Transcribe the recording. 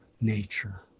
nature